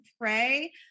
pray